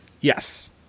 Yes